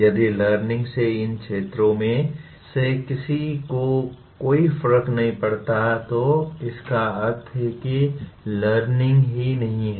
यदि लर्निंग से इन क्षेत्रों में से किसी को कोई फर्क नहीं पड़ा तो इसका अर्थ है कि लर्निंग ही नहीं है